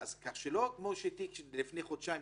כך שזה לא כמו תיק מלפני חודשיים-שלושה,